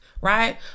Right